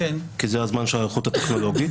כי זה הזמן של ההיערכות הטכנולוגית,